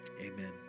amen